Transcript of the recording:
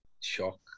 Shock